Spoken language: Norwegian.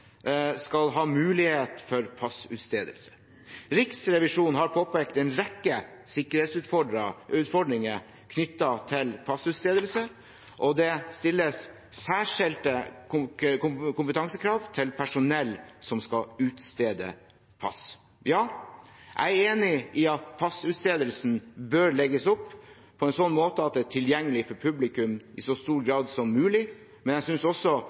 skal ha mulighet for passutstedelse. Riksrevisjonen har påpekt en rekke sikkerhetsutfordringer knyttet til passutstedelse, og det stilles særskilte kompetansekrav til personell som skal utstede pass. Ja, jeg er enig i at passutstedelsen bør legges opp på en sånn måte at det er tilgjengelig for publikum i så stor grad som mulig, men jeg synes også